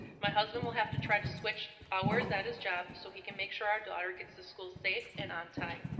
my husband will have to try to switch hours at his job so he can make sure our daughter gets to school safe and on time.